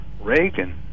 Reagan